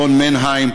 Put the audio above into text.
ג'ון מנהיים.